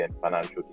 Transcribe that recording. financial